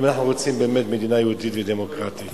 אם אנחנו רוצים באמת מדינה יהודית ודמוקרטית,